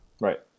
Right